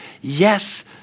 Yes